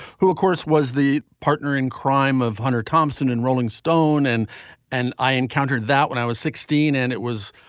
who of course, was the partner in crime of hunter thompson in rolling stone. and and i encountered that when i was sixteen and it was,